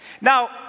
Now